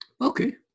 Okay